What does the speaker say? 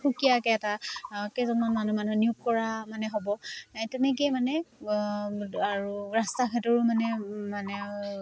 সুকীয়াকে এটা কেইজনমান মানুহ মানুহে নিয়োগ কৰা মানে হ'ব তেনেকেই মানে আৰু ৰাস্তা ঘাট মানে